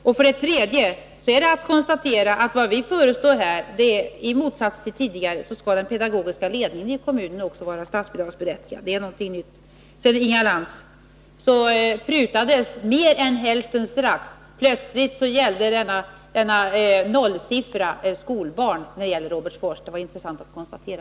Vidare är det att konstatera att vad vi föreslår är att den pedagogiska ledningen i motsats till tidigare skall vara statsbidragsberättigad. Det är någonting nytt. Så till Inga Lantz: Mer än hälften prutades strax — plötsligt gällde Robertsfors nollsiffra skolbarn. Det var intressant att höra.